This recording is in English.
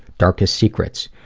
deepest secrets.